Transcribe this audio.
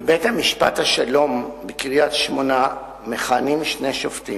בבית-המשפט בשלום בקריית-שמונה מכהנים שני שופטים,